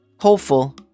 Hopeful